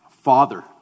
Father